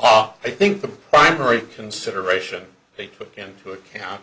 ah i think the primary consideration they took into account